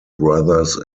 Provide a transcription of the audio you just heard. brothers